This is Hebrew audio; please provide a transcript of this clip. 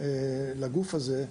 לגוף הזה,